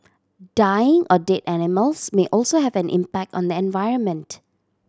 dying or dead animals may also have an impact on the environment